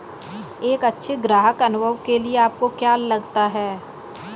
एक अच्छे ग्राहक अनुभव के लिए आपको क्या लगता है?